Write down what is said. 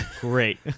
Great